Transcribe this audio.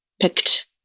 picked